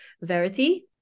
Verity